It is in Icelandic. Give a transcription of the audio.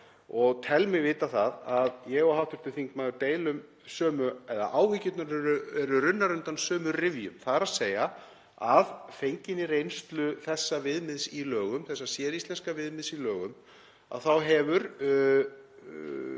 Ég tel mig vita það að ég og hv. þingmaður deilum sömu — eða áhyggjurnar eru runnar undan sömu rifjum, þ.e. að fenginni reynslu þessa viðmiðs í lögum, þessa séríslenska viðmiðs í lögum, þá hefur